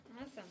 awesome